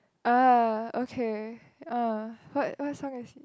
ah okay uh what what song is it